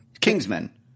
kingsman